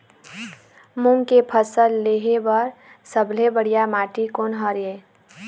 मूंग के फसल लेहे बर सबले बढ़िया माटी कोन हर ये?